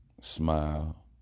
smile